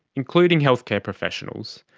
including healthcare professionals,